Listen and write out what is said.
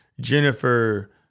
Jennifer